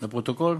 לפרוטוקול.